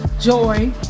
joy